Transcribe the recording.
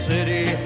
City